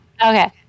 Okay